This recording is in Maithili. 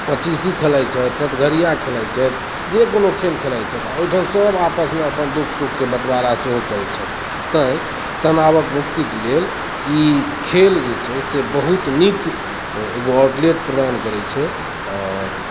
पचीसी खेलाइत छथि सतघड़िया खेलाइत छथि जे कोनो खेल खेलाइत छथि आ ओहिठाम सभ आपसमे दुख सुखके बटवारा सेहो करैत छथि तैँ तनावक मुक्तिके लेल ई खेल जे छै से बहुत नीक एगो आउटलेट प्रदान करैत छै आओर